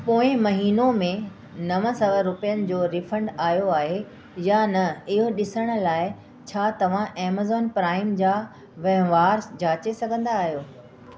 पोए महीनो में नव सौ रुपियनि जो रीफंड आयो आहे या न इहो ॾिसण लाइ छा तव्हां ऐमेज़ॉन प्राइम जा वहिंवारु जाचे सघंदा आहियो